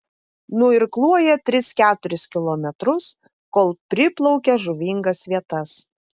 nuirkluoja tris keturis kilometrus kol priplaukia žuvingas vietas